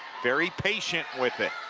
very patient with it